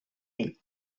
ell